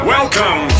Welcome